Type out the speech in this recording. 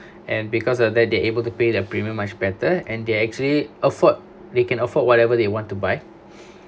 and because of that they able to pay their premium much better and they actually afford they can afford whatever they want to buy